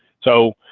so